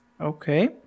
okay